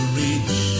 reach